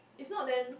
if not then